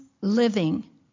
living